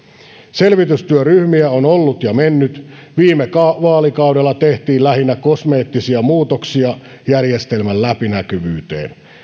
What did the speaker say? selvitystyöryhmiä on ollut ja mennyt viime vaalikaudella tehtiin lähinnä kosmeettisia muutoksia järjestelmän läpinäkyvyyteen